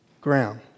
ground